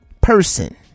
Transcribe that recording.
person